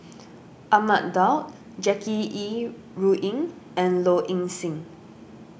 Ahmad Daud Jackie Yi Ru Ying and Low Ing Sing